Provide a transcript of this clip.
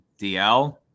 DL